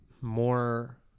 more